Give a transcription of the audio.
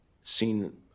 seen –